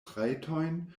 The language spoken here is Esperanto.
trajtojn